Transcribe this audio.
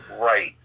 right